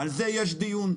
על זה יש דיון.